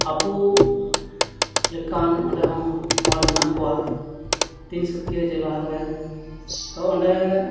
ᱟᱵᱚ ᱞᱮᱠᱟᱱ ᱚᱸᱰᱮ ᱦᱚᱸ ᱦᱚᱲ ᱢᱮᱱᱟᱜ ᱠᱚᱣᱟ ᱛᱤᱱ ᱥᱩᱠᱭᱟᱹ ᱡᱮᱞᱟ ᱨᱮ ᱛᱚ ᱚᱸᱰᱮ